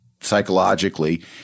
psychologically